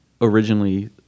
originally